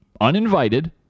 uninvited